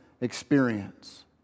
experience